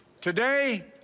Today